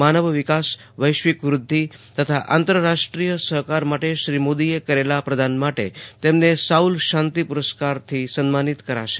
માનવ વિકાસ વૈશ્વીક તથા આંતરરાષ્ટ્રીય સફકાર માટે શ્રી મોદીએ કરેલા આદાનપ્રદાન માટ તેમને સાઉલ શાંતી પૃસ્કાર થી સમાનિનત કરાશે